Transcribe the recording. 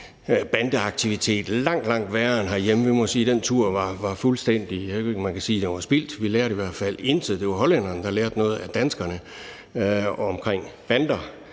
bandeaktivitet langt, langt værre end herhjemme. Jeg ved ikke, om man kan sige, at turen var spildt – vi lærte i hvert fald intet. Det var hollænderne, der lærte noget af danskerne omkring bander.